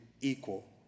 equal